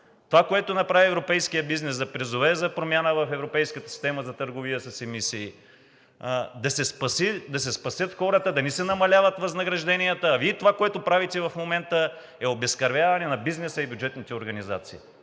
това, което направи европейският бизнес, да призове за промяна в европейската система за търговия с емисии, да се спасят хората, да не се намаляват възнагражденията, а Вие това, което правите в момента, е обезкървяване на бизнеса и бюджетните организации.